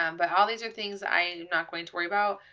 um but all these are things i'm not going to worry about.